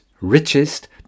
richest